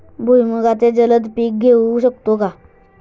भुईमुगाचे जलद पीक घेऊ शकतो का?